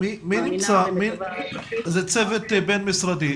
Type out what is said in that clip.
זה צוות בין-משרדי.